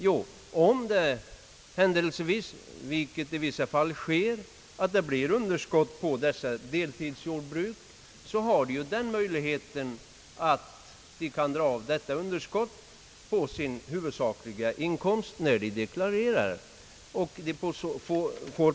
Jo, om det händelsevis, vilket i vissa fall sker, blir underskott på ett sådant deltidsjordbruk, så finns möjligheten att dra av underskottet på den huvudsakliga inkomsten vid deklarationen.